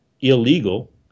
illegal